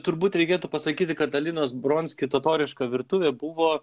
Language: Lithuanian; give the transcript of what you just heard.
turbūt reikėtų pasakyti kad alinos bronski totoriška virtuvė buvo